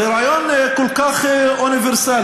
זה רעיון כל כך אוניברסלי.